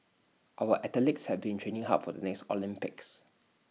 our athletes have been training hard for the next Olympics